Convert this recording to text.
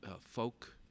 folk